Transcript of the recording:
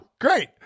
great